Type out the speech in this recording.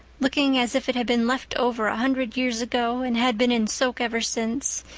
looking as if it had been left over a hundred years ago and had been in soak ever since,